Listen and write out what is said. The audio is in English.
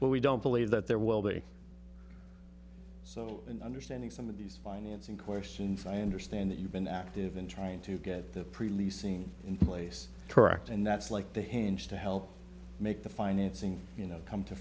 but we don't believe that there will be so in understanding some of these financing questions i understand that you've been active in trying to get the prix leasing in place correct and that's like the hinge to help make the financing you know come to